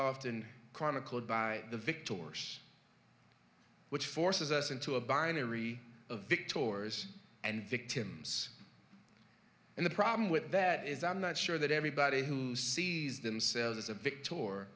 often chronicled by the victorious which forces us into a binary of victorious and victims and the problem with that is i'm not sure that everybody who sees themselves as a